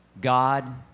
God